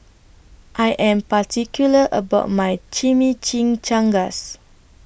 I Am particular about My Chimichangas